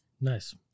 Nice